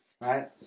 Right